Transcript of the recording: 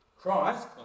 Christ